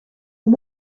and